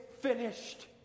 finished